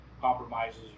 compromises